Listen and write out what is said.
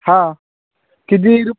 हां किती रु